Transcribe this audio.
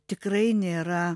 tikrai nėra